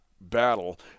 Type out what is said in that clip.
battle